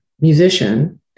musician